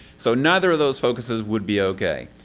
so neither of those focuses would be okay.